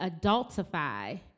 adultify